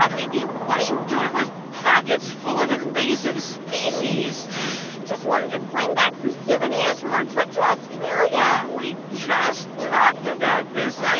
um mindy, what are you doing with pockets full of invasive species? i just wanted to bring back some souvenirs from our trip to australia yeah we just talked about this.